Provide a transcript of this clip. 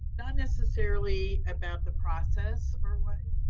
not necessarily about the process or what,